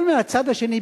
אבל מהצד השני,